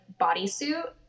bodysuit